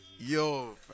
Yo